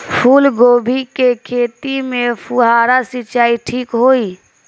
फूल गोभी के खेती में फुहारा सिंचाई ठीक होई?